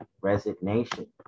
resignation